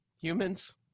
humans